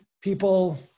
people